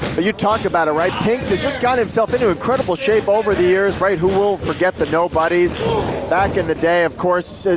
but you talked about it, right? pinx has just gotten himself into incredible shape over the years, right? who will forget the nobodies back in the day of course?